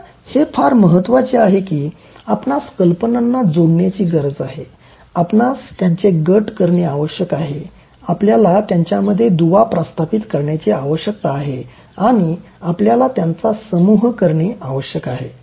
आता हे फार महत्वाचे आहे की आपणास कल्पनांना जोडण्याची गरज आहे आपणास त्यांचे गट करणे आवश्यक आहे आपल्याला त्यांच्यामध्ये दुवा प्रस्थापित करण्याची आवश्यकता आहे आणि आपल्याला त्यांचा समूह करणे आवश्यक आहे